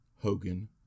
Hogan